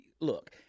look